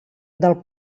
del